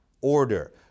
order